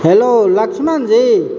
hello Lakshmanji